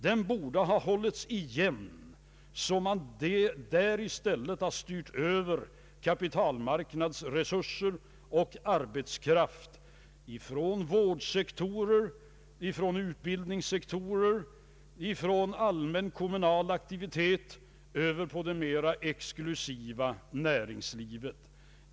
Den borde ha hållits igen så att man i stället hade styrt kapitalmarknadsresurser och arbetskraft från vårdsektorer, från utbildningssektorer, från kommunal aktivitet över på det mera exklusiva näringslivet.